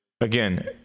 again